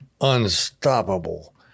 unstoppable